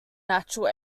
natural